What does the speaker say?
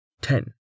Ten